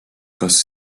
kas